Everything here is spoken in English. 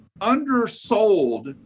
undersold